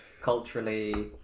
Culturally